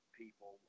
people